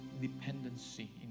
dependency